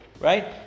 right